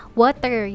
water